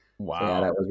Wow